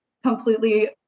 completely